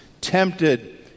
tempted